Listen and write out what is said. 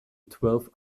twelve